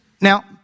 Now